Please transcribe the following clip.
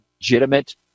legitimate